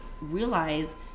realize